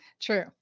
True